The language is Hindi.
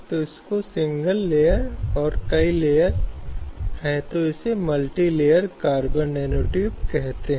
हम समझते हैं कि सामाजिक आदर्शता समाज में पुरुषों और महिलाओं की भूमिकाओं को विभागीकृत करने के तरीके से कैसे विभिन्न प्रकार के पैदावार को जन्म देती है